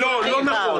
לא נכון.